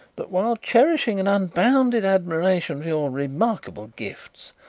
that while cherishing an unbounded admiration for your remarkable gifts,